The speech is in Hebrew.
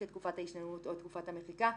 את תקופת ההתיישנות או את תקופת המחיקה,